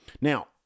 Now